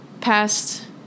past